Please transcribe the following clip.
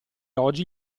oggi